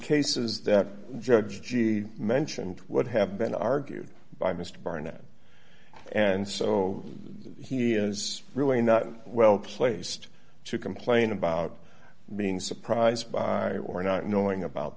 cases that judge g mentioned would have been argued by mr barnett and so he is really not well placed to complain about being surprised by or not knowing about